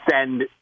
send –